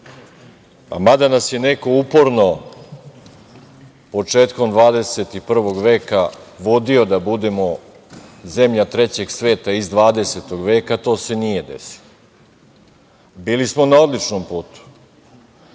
mada nas je neko uporno početkom 21. veka vodio da budemo zemlja trećeg sveta iz 20. veka to se nije desilo. Bili smo na odličnom putu. Jako